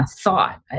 thought